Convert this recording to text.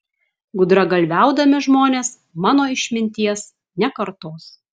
gudragalviaudami žmonės mano išminties nekartos